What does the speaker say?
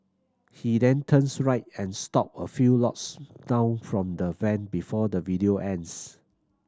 he then turns right and stop a few lots down from the van before the video ends